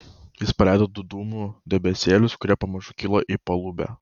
jis paleido du dūmų debesėlius kurie pamažu kilo į palubę